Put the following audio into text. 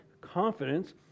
confidence